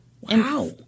Wow